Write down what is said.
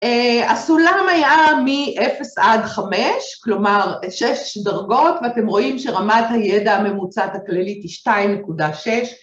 הסולם היה מ-0 עד 5, כלומר 6 דרגות ואתם רואים שרמת הידע הממוצעת הכללית היא 2.6